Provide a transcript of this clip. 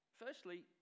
Firstly